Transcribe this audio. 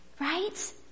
Right